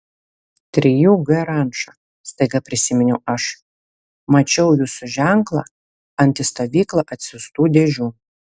trijų g ranča staiga prisiminiau aš mačiau jūsų ženklą ant į stovyklą atsiųstų dėžių